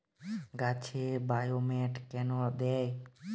গাছে বায়োমেট কেন দেয়?